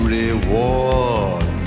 reward